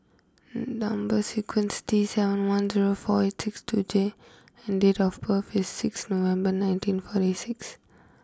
number sequence T seven one zero four eight six two J and date of birth is six November nineteen forty six